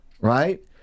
Right